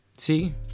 See